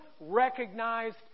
recognized